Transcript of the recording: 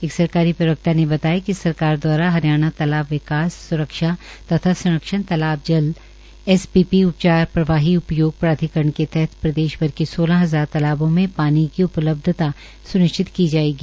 एक सरकारी प्रवकता ने बताया कि सरकार दवारा हरियाणा तालाब विकास स्रक्षा तथा संरक्षण तालाब जल एसपीपी उपचार प्रवाही उपयोग प्राधिकरण के तहत प्रदेश भर के सोलह हजार तालाबों में पानी की उपलब्धता स्निश्चित की जाएगी